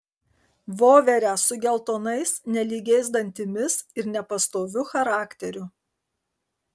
voverę su geltonais nelygiais dantimis ir nepastoviu charakteriu